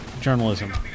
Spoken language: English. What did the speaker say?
journalism